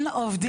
אין עובדים.